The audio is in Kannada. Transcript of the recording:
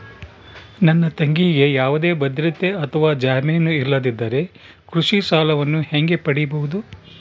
ನನ್ನ ತಂಗಿಗೆ ಯಾವುದೇ ಭದ್ರತೆ ಅಥವಾ ಜಾಮೇನು ಇಲ್ಲದಿದ್ದರೆ ಕೃಷಿ ಸಾಲವನ್ನು ಹೆಂಗ ಪಡಿಬಹುದು?